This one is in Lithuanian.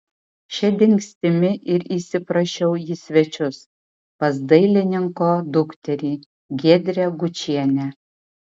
šia dingstimi ir įsiprašiau į svečius pas dailininko dukterį giedrę gučienę